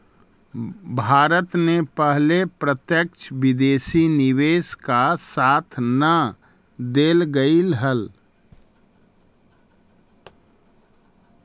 भारत ने पहले प्रत्यक्ष विदेशी निवेश का साथ न देलकइ हल